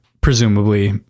Presumably